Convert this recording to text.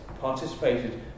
participated